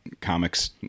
comics